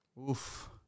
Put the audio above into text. Oof